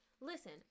Listen